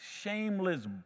shameless